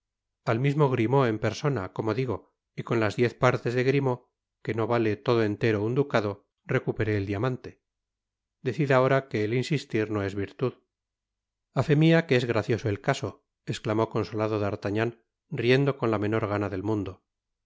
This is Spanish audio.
al mismo grimaud en persona como digo y con las diez partes de grimaud que no vale todo entero un ducado recuperé el diamante decid ahora que el insistir no es virtud a fe mia que es gracioso el caso esclamó consolado d'artagnan riendo con la menor gana del mundo